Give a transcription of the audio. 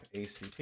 ACT